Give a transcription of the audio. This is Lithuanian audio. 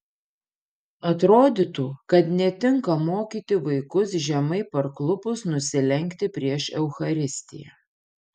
atrodytų kad netinka mokyti vaikus žemai parklupus nusilenkti prieš eucharistiją